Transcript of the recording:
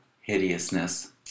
hideousness